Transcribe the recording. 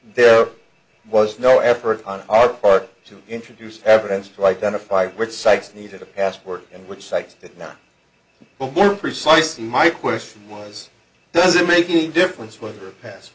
there was no effort on our part to introduce evidence to identify which sites needed a passport and which sites that now where precisely my question was does it make any difference whether a pass